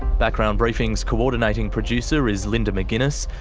background briefing's coordinating producer is linda mcginness,